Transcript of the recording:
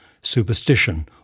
superstition